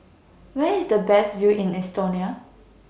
Where IS The Best View in Estonia